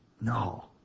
No